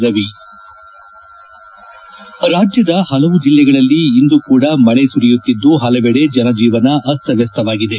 ರವಿ ರಾಜ್ಯದ ಹಲವು ಜಿಲ್ಲೆಗಳಲ್ಲಿ ಇಂದು ಕೂಡ ಮಳಿ ಸುರಿಯುತ್ತಿದ್ದು ಹಲವೆಡೆ ಜನಜೀವನ ಅಸ್ತವ್ಯಸ್ತವಾಗಿದೆ